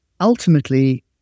ultimately